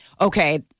okay